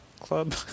club